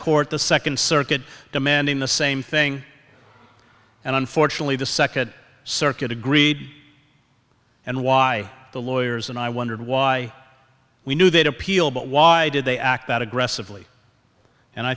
court the second circuit demanding the same thing and unfortunately the second circuit agreed and why the lawyers and i wondered why we knew that appeal but why did they act out aggressively and i